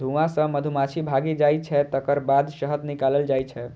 धुआं सं मधुमाछी भागि जाइ छै, तकर बाद शहद निकालल जाइ छै